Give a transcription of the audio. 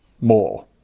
more